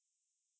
how do I say